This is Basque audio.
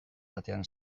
batean